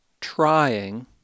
trying